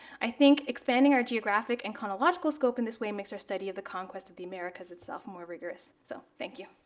i think expanding our geographic and chronological scope in this way makes our study of the conquest of the americas itself more rigorous. so thank you.